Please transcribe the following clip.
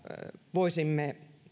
voisimme